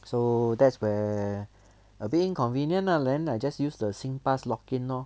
so that's where a bit inconvenient lah then I just use the singpass log in lor